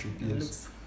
yes